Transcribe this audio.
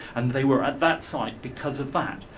and they were at that site because of that.